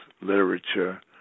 literature